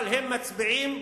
אבל הם לא מצביעים